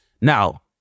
Now